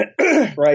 Right